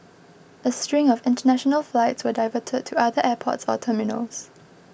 a string of international flights were diverted to other airports or terminals